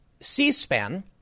C-SPAN